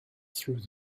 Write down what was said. through